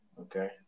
Okay